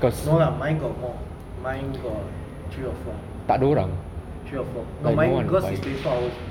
no lah mine got more mine got three or four three or four no mine cause it's twenty four hours